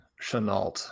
Chenault